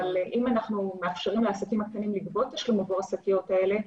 אבל אם אנחנו מאפשרים לעסקים הקטנים לגבות תשלום עבור השקיות האלה,